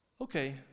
Okay